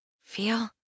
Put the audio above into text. feel